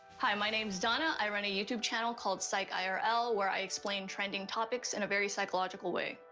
hi, my name is donna, i run a youtube channel called psychirl, where i explain trending topics in a very psychological way.